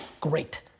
great